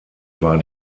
war